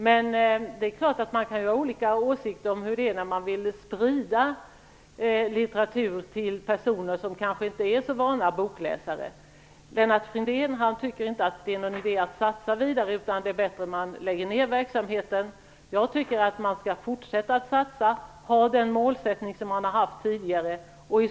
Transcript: Men visst kan man ha olika åsikter om hur man bör sprida litteratur till personer som kanske inte är så vana bokläsare. Lennart Fridén tycker inte att det är någon idé att satsa vidare, utan att det är bättre att lägga ned verksamheten. Jag tycker att man skall fortsätta att satsa och behålla den målsättning som man tidigare har haft.